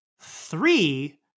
three